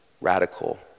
radical